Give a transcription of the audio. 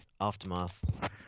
aftermath